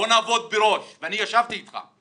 בואו נעבוד ב ---, ואני ישבתי איתך,